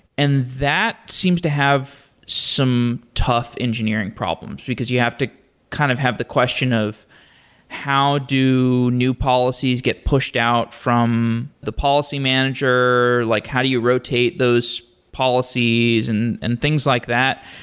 and that seems to have some tough engineering problems, because you have to kind of have the question of how do new policies get pushed out from the policy manager? like how do you rotate those policies and and things like that?